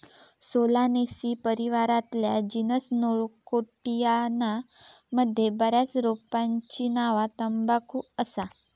Solanaceae परिवारातल्या genus Nicotiana मध्ये बऱ्याच रोपांची नावा तंबाखू असा